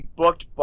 booked